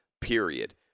period